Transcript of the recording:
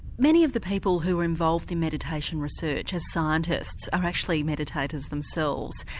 many of the people who are involved in meditation research as scientists are actually meditators themselves,